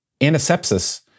Antisepsis